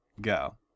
Go